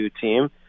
team